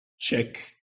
check